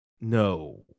no